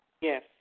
Yes